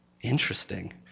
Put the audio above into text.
Interesting